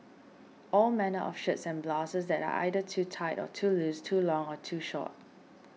all manner of shirts and blouses that are either too tight or too loose too long or too short